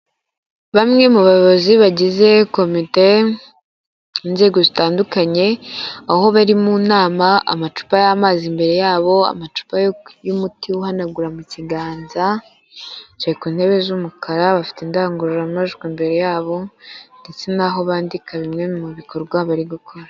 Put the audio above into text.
Bamwe mu bayobozi bagize komite, inzego zitandukanye aho bari mu nama amacupa y'amazi, imbere yabo amacupa y'umuti uhanagura mu kiganza, ku ntebe z'umukara bafite indangururamajwi, imbere yabo ndetse naho bandika bimwe mu bikorwa bari gukora.